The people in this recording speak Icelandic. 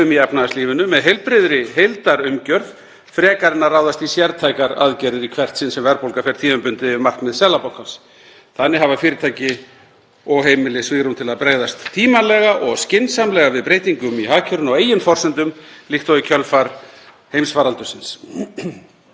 og fyrirtæki svigrúm til að bregðast tímanlega og skynsamlega við breytingum í hagkerfinu á eigin forsendum, líkt og í kjölfar heimsfaraldursins. Ráðuneytið fylgist auðvitað með áhrifum vaxtabreytinga á greiðslubyrði fólks í viðkvæmri stöðu og ungs fólks að því marki sem gögn leyfa.